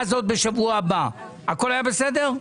בשבוע הבא, הכול היה בסדר?